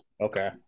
Okay